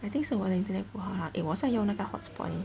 I think 是我的 internet 不好 eh 我在用我的 hotspot eh